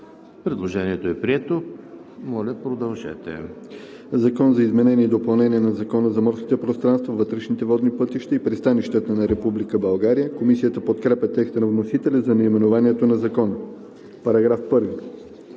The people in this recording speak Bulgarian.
Предложението е прието. ДОКЛАДЧИК ХАЛИЛ ЛЕТИФОВ: „Закон за изменение и допълнение на Закона за морските пространства, вътрешните водни пътища и пристанищата на Република България“. Комисията подкрепя текста на вносителя за наименованието на Закона. По § 1